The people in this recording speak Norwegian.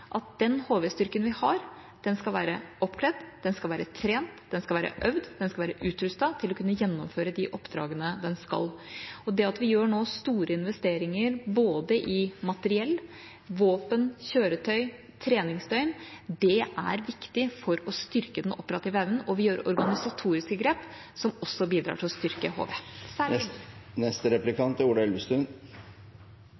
at den HV-styrken vi har, skal være oppkledd, trent, øvd og utrustet til å kunne gjennomføre de oppdragene den skal. Det at vi nå gjør store investeringer i både materiell, våpen, kjøretøy og treningsdøgn er viktig for å styrke den operative evnen. Vi gjør organisatoriske grep som også bidrar til å styrke HV,